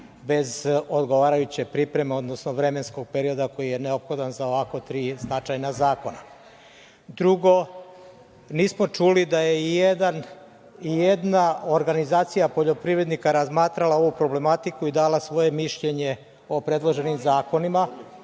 bez odgovarajuće pripreme, odnosno vremenskog perioda koji je neophodan za ovakva tri značajna zakona. Drugo, nismo čuli da je i jedna organizacija poljoprivrednika razmatrala ovu problematiku i da je dala svoje mišljenje o predloženim zakonima,